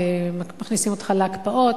מכניסים אותך להקפאות,